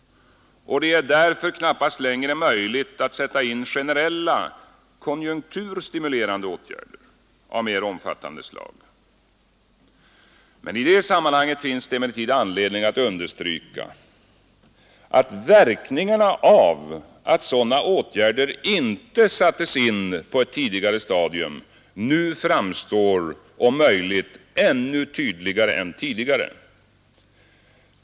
Det är därför knappast längre möjligt att sätta in generella konjunkturstimulerande åtgärder av mer omfattande slag. I det sammanhanget finns det emellertid anledning att understryka, att verkningarna av att sådana åtgärder inte sattes in på ett tidigare stadium nu framstår om möjligt ännu tydligare än tidigare.